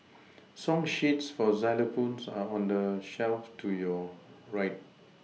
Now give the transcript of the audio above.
song sheets for xylophones are on the shelf to your right